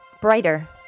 Brighter